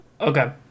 Okay